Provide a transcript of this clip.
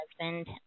husband